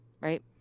Right